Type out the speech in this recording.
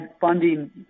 funding